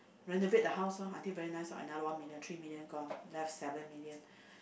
renovate the house lor until very nice lor another one million three million gone left seven million